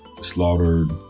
slaughtered